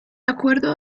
acuerdo